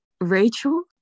Rachel